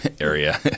area